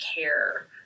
care